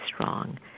strong